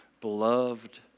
Beloved